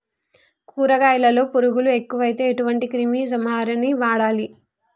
కూరగాయలలో పురుగులు ఎక్కువైతే ఎటువంటి క్రిమి సంహారిణి వాడాలి?